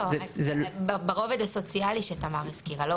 לא, ברובד הסוציאלי שתמר הזכירה.